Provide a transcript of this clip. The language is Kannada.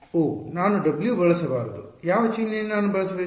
ಓಹ್ ನಾನು w ಬಳಸಬಾರದು ಯಾವ ಚಿಹ್ನೆಯನ್ನು ನಾನು ಬಳಸಬೇಕು